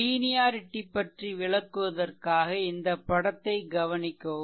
linearity பற்றி விளக்குவதற்காக இந்த படத்தை கவனிக்கவும்